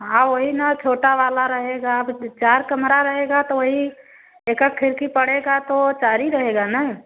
हाँ वही ना छोटा वाला रहेगा क्योंकि चार कमरे रहेंगे तो वही एक आध खिड़की पड़ेगी तो चार ही रहेगी ना